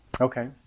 Okay